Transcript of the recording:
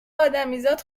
ادمیزاد